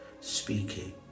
speaking